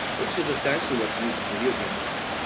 which is essentially what's used in video game design.